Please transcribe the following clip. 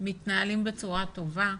מתנהלים בצורה טובה,